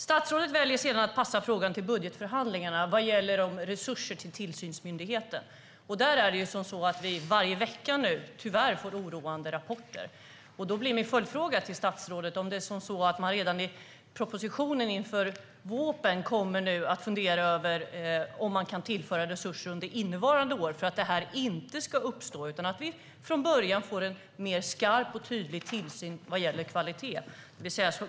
Statsrådet väljer att passa frågan till budgetförhandlingarna vad gäller resurser till tillsynsmyndigheten. Men tyvärr får vi nu oroande rapporter varje vecka. Min följdfråga till statsrådet blir om man redan i propositionen inför VÅP:en kommer att fundera över om man kan tillföra resurser under innevarande år för att det här inte ska uppstå och för att vi från början ska få en skarpare och tydligare tillsyn vad gäller kvalitet.